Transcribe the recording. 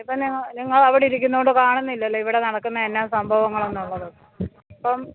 ഇപ്പോൾ നിങ്ങൾ അവിടെ ഇരിക്കുന്നതുകൊണ്ട് കാണുന്നില്ലല്ലോ ഇവിടെ നടക്കുന്ന എന്താ സംഭവങ്ങൾ എന്നുള്ളത് ഇപ്പം